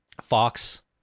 Fox